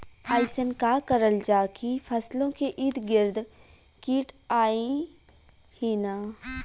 अइसन का करल जाकि फसलों के ईद गिर्द कीट आएं ही न?